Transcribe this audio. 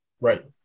right